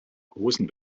hosen